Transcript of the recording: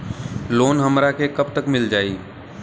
Loan हमरा के कब तक मिल जाई?